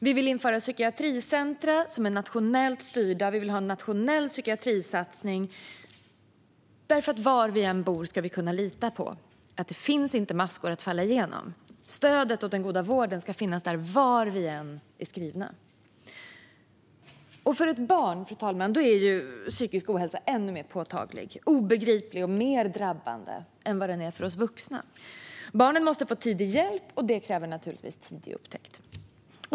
Vi vill införa psykiatricentrum som är nationellt styrda. Vi vill ha en nationell psykiatrisatsning. Var vi än bor ska vi kunna lita på att det inte finns maskor att falla genom. Stödet och den goda vården ska finnas där var vi än är skrivna. För ett barn, fru talman, är psykisk ohälsa ännu mer påtaglig, obegriplig och drabbande än vad den är för oss vuxna. Barnen måste få tidig hjälp, och detta kräver naturligtvis tidig upptäckt.